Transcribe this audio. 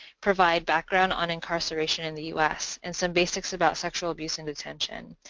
provide background on incarceration in the us, and some basics about sexual abuse in detention,